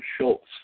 Schultz